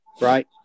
Right